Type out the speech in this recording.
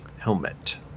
helmet